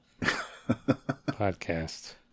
podcast